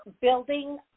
building